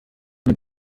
man